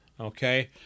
Okay